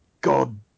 God